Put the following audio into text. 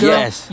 Yes